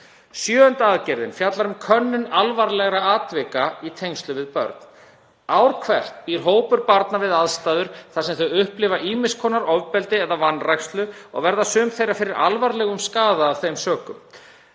Sjöunda aðgerðin fjallar um könnun alvarlegra atvika í tengslum við börn. Ár hvert býr hópur barna við aðstæður þar sem þau upplifa ýmiss konar ofbeldi eða vanrækslu og verða sum þeirra fyrir alvarlegum skaða af þeim sökum.